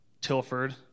Tilford